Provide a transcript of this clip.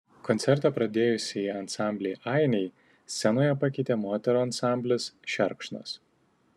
koncertą pradėjusį ansamblį ainiai scenoje pakeitė moterų ansamblis šerkšnas